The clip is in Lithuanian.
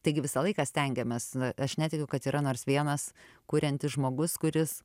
taigi visą laiką stengiamės aš netikiu kad yra nors vienas kuriantis žmogus kuris